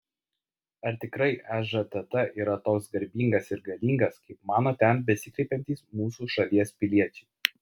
ar tikrai ežtt yra toks garbingas ir galingas kaip mano ten besikreipiantys mūsų šalies piliečiai